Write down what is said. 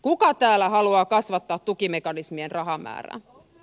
kuka täällä haluaa kasvattaa tukimekanismien rahamäärää